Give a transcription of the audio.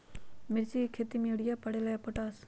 मिर्ची के खेती में यूरिया परेला या पोटाश?